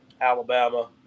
Alabama